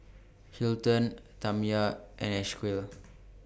Hilton Tamya and Esequiel